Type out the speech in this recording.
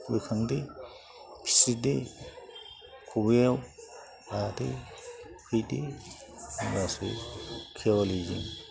बोखांदो फिस्रिदो खबाइयाव लादो फैदो बास बे खेवालिजों